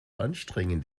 anstrengend